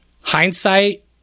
hindsight